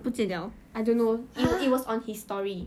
不见 liao I don't know it was on his story